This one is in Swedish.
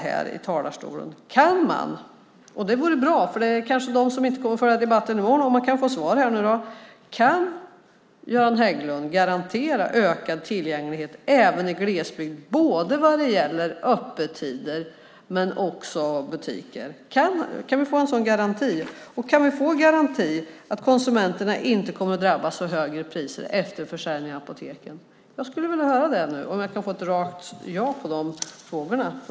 Det kanske är många som inte kommer att lyssna på debatten i morgon, så det är bra om man kan få svar i dag på frågan: Kan Göran Hägglund garantera ökad tillgänglighet även i glesbygd vad gäller öppettider och antalet butiker? Kan vi få en sådan garanti? Kan vi få garanti för att konsumenter inte drabbas av högre priser efter försäljningen av Apoteket? Jag skulle vilja höra ett rakt ja som svar på de frågorna.